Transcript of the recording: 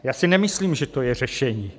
Já si nemyslím, že to je řešení.